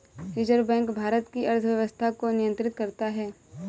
reserve bank Bharat की अर्थव्यवस्था को नियन्त्रित करता है